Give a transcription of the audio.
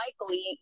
likely